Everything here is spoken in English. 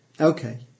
okay